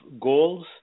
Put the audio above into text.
goals